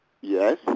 Yes